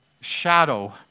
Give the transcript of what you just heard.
shadow